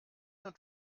und